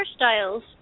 hairstyles